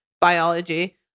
biology